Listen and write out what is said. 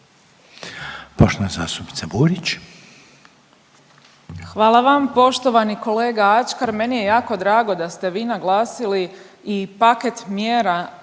Poštovana zastupnica Burić.